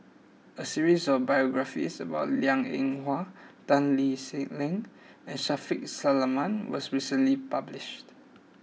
a series of Biographies about Liang Eng Hwa Tan Lee Leng and Shaffiq Selamat was recently published